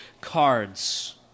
cards